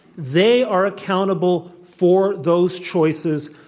they are accountable for those choices.